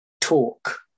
talk